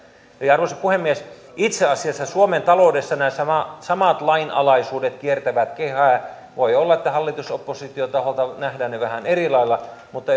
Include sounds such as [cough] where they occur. arvoisa puhemies itse asiassa suomen taloudessa nämä samat lainalaisuudet kiertävät kehää voi olla että hallitus ja oppositiotahoilta nähdään ne vähän eri lailla mutta [unintelligible]